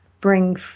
bring